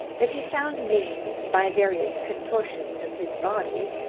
that he found means, by various contortions of his body,